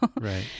right